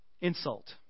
insult